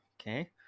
okay